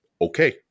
okay